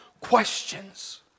questions